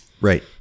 right